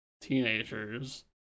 teenagers